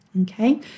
okay